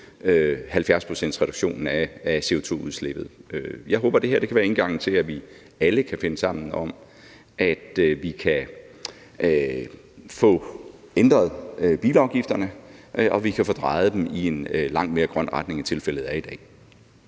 70-procentsreduktionen af CO2-udslippet. Jeg håber, at det her kan være indgangen til, at vi alle kan finde sammen om, at vi kan få ændret bilafgifterne, og at vi kan få drejet dem i en langt mere grøn retning, end tilfældet er i dag.